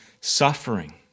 suffering